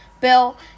Bill